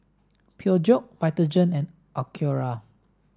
Peugeot Vitagen and Acura